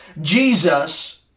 Jesus